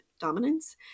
dominance